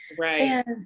right